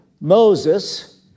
Moses